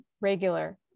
regular